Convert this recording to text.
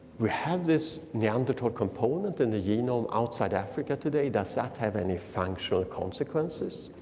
we have this neanderthal component in the genome outside africa today. does that have any functional consequences?